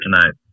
tonight